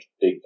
big